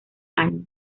años